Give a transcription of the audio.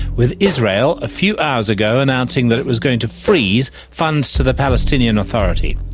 with israel a few hours ago announcing that it was going to freeze funds to the palestinian authority.